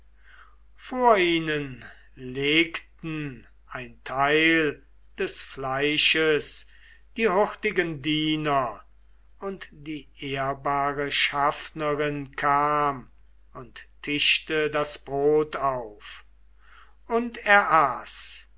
vor ihn legten ein teil des fleisches die hurtigen diener und die ehrbare schaffnerin kam und tischte das brot auf und er aß